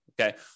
Okay